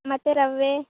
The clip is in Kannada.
ಮತ್ತೆ ರವೆ